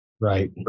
Right